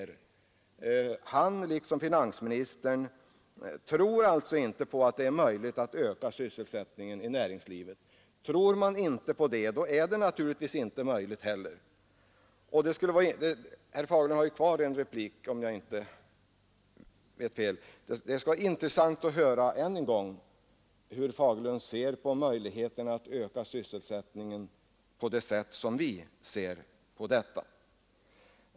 Han, liksom finansministern, tror alltså inte på att det är möjligt att öka sysselsättningen i näringslivet. Tror man inte på det, är det naturligtvis inte möjligt heller. Herr Fagerlund har kvar en replik, om jag inte tar fel. Det skulle vara intressant — jag upprepar det än en gång — att få höra hur herr Fagerlund ser på möjligheterna att öka sysselsättningen på det sätt som centern har föreslagit.